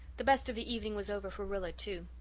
the best of the evening was over for rilla, too.